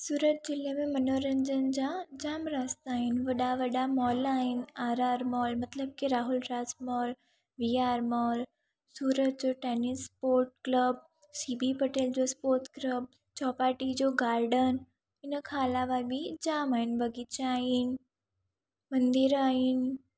सूरत ज़िले में मनोरंजन जा जाम रास्ता आहिनि वॾा वॾा मॉल आहिनि आर आर मॉल मतिलब की Rahul Raj mall V R mall Surat जो tennis sport club C B Patel जो स्पोट्स क्लब चौपार्टी जो गार्डन इन खां अलावा बि जाम आहिनि बाग़ीचा आहिनि मंदर आहिनि